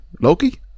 Loki